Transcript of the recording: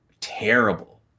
terrible